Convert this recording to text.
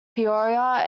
peoria